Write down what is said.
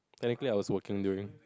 technically I was walking during